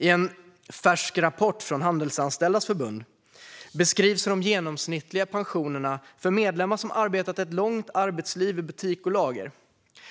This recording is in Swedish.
I en färsk rapport från Handelsanställdas förbund beskrivs de genomsnittliga pensionerna för medlemmar som har arbetat ett långt arbetsliv i butik och lager.